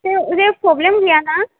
जेबो प्रब्लेम गैया ना